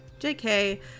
JK